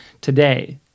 today